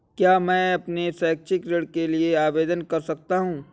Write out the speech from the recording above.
क्या मैं अपने शैक्षिक ऋण के लिए आवेदन कर सकता हूँ?